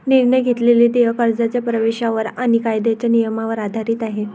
निर्णय घेतलेले देय कर्जाच्या प्रवेशावर आणि कायद्याच्या नियमांवर आधारित आहे